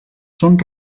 són